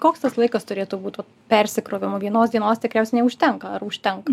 koks tas laikas turėtų būt va persikrovimo vienos dienos tikriausiai neužtenka ar užtenka